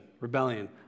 rebellion